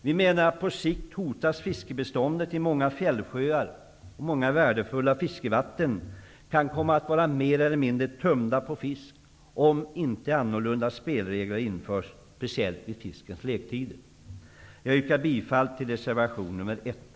Vi menar att fiskebeståndet på sikt hotas, att många fjällsjöar och värdefulla fiskevatten kan komma att bli mer eller mindre tömda på fisk om inte andra spelregler införs, speciellt vid fiskens lektider. Jag yrkar bifall till reservation nr 1.